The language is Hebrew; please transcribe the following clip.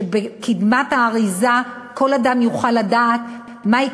כדי שבקדמת האריזה כל אדם יוכל לראות מהי